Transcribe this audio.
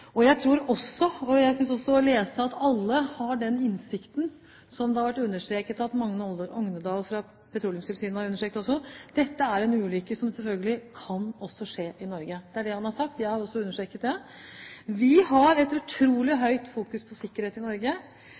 situasjonen. Jeg tror også, og jeg synes også å lese at alle har den innsikten – som også har vært understreket av Magne Ognedal fra Petroleumstilsynet – at dette er en ulykke som selvfølgelig også kan skje i Norge. Det er det han har sagt, og jeg har også understreket det. Vi har et utrolig stort fokus på sikkerhet i Norge.